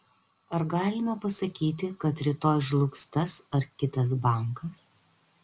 ar galima pasakyti kad rytoj žlugs tas ar kitas bankas